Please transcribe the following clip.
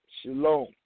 Shalom